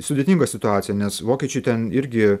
sudėtinga situacija nes vokiečiai ten irgi